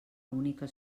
única